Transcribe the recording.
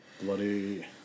bloody